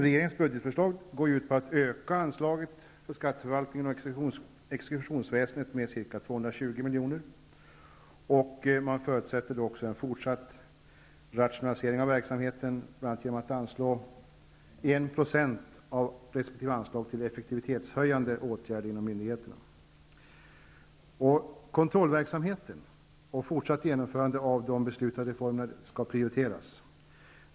Regeringens budgetförslag går ut på att öka anslaget för skatteförvaltningen och exekutionsväsendet med ca 220 miljoner, och man förutsätter en fortsatt rationalisering av verksamheten, bl.a. genom att anslå 1 % av resp. Kontrollverksamheten och ett fortsatt genomförande av beslutade reformer skall prioriteras.